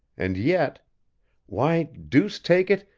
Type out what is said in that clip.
and yet why, deuce take it,